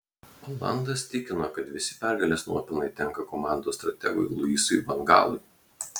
olandas tikino kad visi pergalės nuopelnai tenka komandos strategui luisui van gaalui